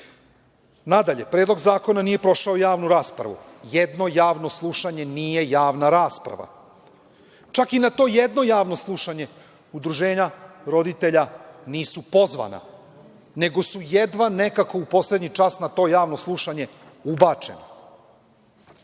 zakon. Nadalje, Predlog zakona nije prošao javnu raspravu. Jedno javno slušanje nije javna rasprava, čak i na to jedno javno slušanje Udruženja roditelja nisu pozvana, nego su jedva nekako u poslednji čas na to javno slušanje ubačeni. Pošto